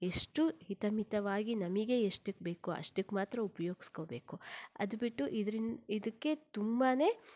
ಎಷ್ಟು ಹಿತಮಿತವಾಗಿ ನಮಗೆ ಎಷ್ಟಕ್ಕೆ ಬೇಕೋ ಅಷ್ಟಕ್ಕೆ ಮಾತ್ರ ಉಪಯೋಗಿಸ್ಕೊಬೇಕು ಅದ್ಬಿಟ್ಟು ಇದ್ರಿಂ ಇದಕ್ಕೆ ತುಂಬ